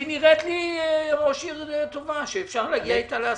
היא נראית לי ראש עיר טובה שאפשר להגיע איתה להסכמה.